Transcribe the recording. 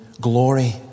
glory